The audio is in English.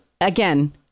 again